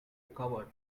coward